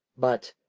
but,